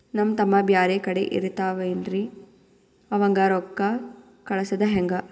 ನಮ್ ತಮ್ಮ ಬ್ಯಾರೆ ಕಡೆ ಇರತಾವೇನ್ರಿ ಅವಂಗ ರೋಕ್ಕ ಕಳಸದ ಹೆಂಗ?